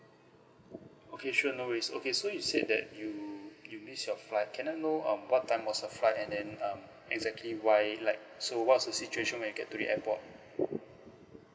okay sure no worries okay so you said that you you missed your flight can I know um what time was the flight and then um exactly why like so what's the situation when you get to the airport